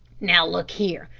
now look here,